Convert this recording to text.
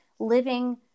living